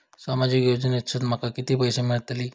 सामाजिक योजनेसून माका किती पैशे मिळतीत?